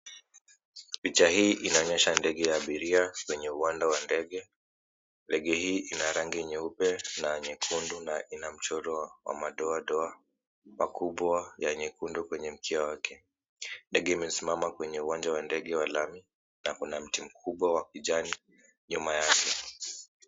Picha hii inaonyesha ndege ya abiria kwenye uwanda wa ndege. Ndege hii ina rangi nyeupe na nyekundu na ina mchoro wa madoadoa makubwa ya nyekundu kwenye mkia wake. Ndege imesimama kwenye uwanja wa ndege wa lami na kuna mti mkubwa wa kijani nyuma yake.